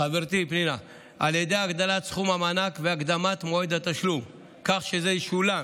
חברתי פנינה, והקדמת מועד התשלום, כך שזה ישולם,